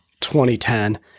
2010